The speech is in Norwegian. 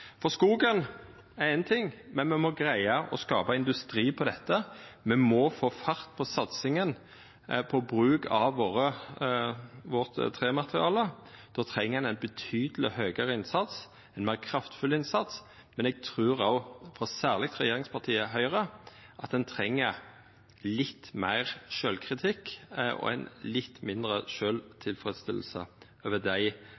Skogen er éin ting, men me må greia å skapa industri av dette. Me må få fart på satsinga på bruken av trematerialet vårt, og då treng ein ein betydeleg høgare og meir kraftfull innsats. Men eg trur òg – særleg i regjeringspartiet Høgre – at ein treng litt meir sjølvkritikk og ein litt mindre sjølvtilfreds haldning til dei